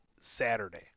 Saturday